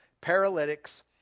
paralytics